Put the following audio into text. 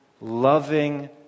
loving